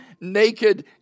naked